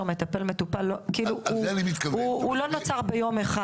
מטפל-מטופל הוא לא נוצר ביום אחד.